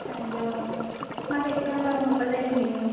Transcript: అయ్యో మా దగ్గర అలా ఉండదండి